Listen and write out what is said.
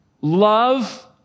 love